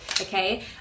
okay